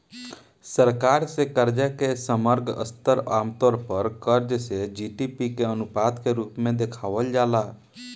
सरकार से कर्जा के समग्र स्तर आमतौर पर कर्ज से जी.डी.पी के अनुपात के रूप में देखावल जाला